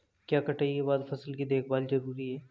क्या कटाई के बाद फसल की देखभाल जरूरी है?